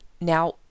Now